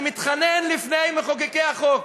אני מתחנן לפני מחוקקי החוק,